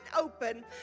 open